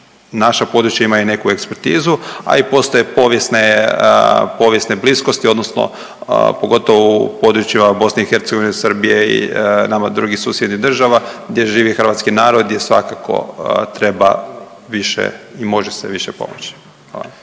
naša područja imaju neku ekspertizu, a i postoje povijesne, povijesne bliskosti odnosno pogotovo u područjima BiH, Srbije i nama drugih susjednih država gdje živi hrvatski narod gdje svakako treba više i može se više pomoći. Hvala.